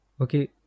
okay